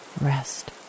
Rest